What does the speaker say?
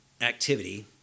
activity